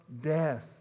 death